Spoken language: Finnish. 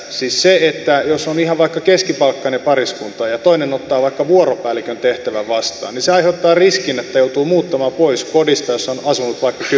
siis se että on ihan vaikka keskipalkkainen pariskunta ja toinen ottaa vaikka vuoropäällikön tehtävän vastaan aiheuttaa riskin että joutuu muuttamaan pois kodista jossa on asunut vaikka kymmeniä vuosia